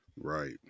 Right